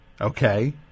Okay